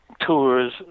tours